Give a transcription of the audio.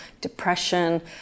depression